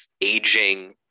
aging